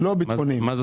אתה